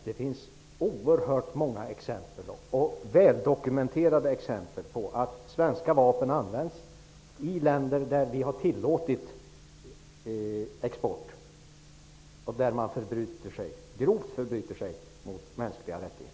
Det finns oerhört många väldokumenterade exempel på att svenska vapen används i länder till vilka vi har tillåtit export, där man grovt förbryter sig mot mänskliga rättigheter.